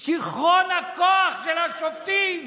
שיכרון הכוח של השופטים,